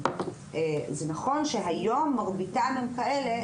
זה נכון שהיום מרביתם כאלה,